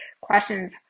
questions